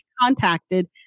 contacted